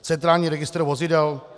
Centrální registr vozidel?